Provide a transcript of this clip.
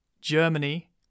Germany